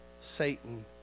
Satan